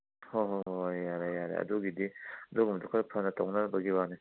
ꯍꯣ ꯍꯣ ꯍꯣ ꯍꯣꯏ ꯌꯥꯔꯦ ꯌꯥꯔꯦ ꯑꯗꯨꯒꯤꯗꯤ ꯑꯗꯨꯒꯨꯝꯕꯗꯣ ꯈꯔ ꯐꯅ ꯇꯧꯅꯅꯕꯒꯤ ꯋꯥꯅꯤ